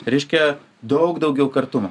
reiškia daug daugiau kartumo